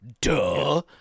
duh